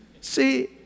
See